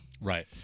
Right